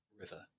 river